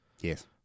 Yes